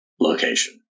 location